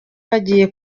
bagiye